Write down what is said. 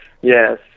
yes